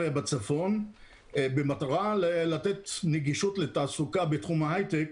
בצפון במטרה לתת נגישות לתעסוקה בתחום ההייטק